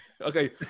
Okay